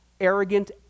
arrogant